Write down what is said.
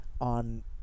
On